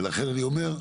ולכן אני אומר,